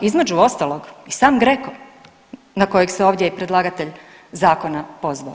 Između ostalog i sam GRECO na kojeg se ovdje i predlagatelj zakona pozvao.